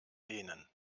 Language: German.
denen